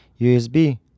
USB